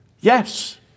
Yes